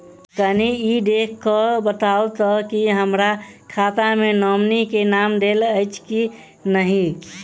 कनि ई देख कऽ बताऊ तऽ की हमरा खाता मे नॉमनी केँ नाम देल अछि की नहि?